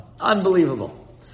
Unbelievable